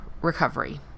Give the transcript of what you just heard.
recovery